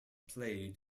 played